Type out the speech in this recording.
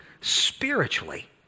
spiritually